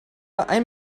ein